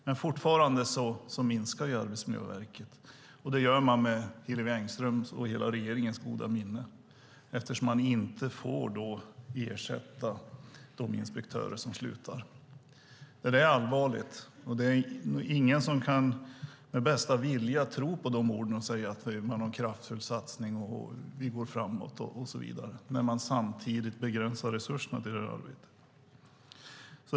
Men fortfarande minskar Arbetsmiljöverket, och det görs med Hillevi Engströms och hela regeringens goda minne eftersom man inte får ersätta de inspektörer som slutar. Det är allvarligt. Det finns ingen som med bästa vilja kan tro på orden om en kraftfull satsning, att vi går framåt, och så vidare, när man samtidigt begränsar resurserna till arbetet.